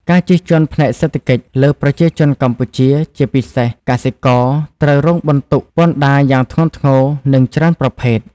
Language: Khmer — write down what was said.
ការជិះជាន់ផ្នែកសេដ្ឋកិច្ច លើប្រជាជនកម្ពុជា ជាពិសេស កសិករ ត្រូវរងបន្ទុកពន្ធដារយ៉ាងធ្ងន់ធ្ងរ និងច្រើនប្រភេទ។